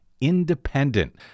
independent